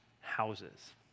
houses